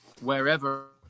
wherever